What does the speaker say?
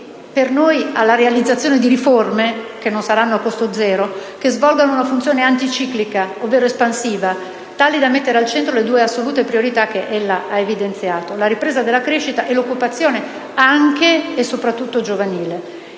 per noi, alla realizzazione di riforme, che non saranno a costo zero, che svolgano una funzione anticiclica, ovvero espansiva, tali da mettere al centro le due assolute priorità che ella ha evidenziato: la ripresa della crescita e l'occupazione, anche e soprattutto giovanile.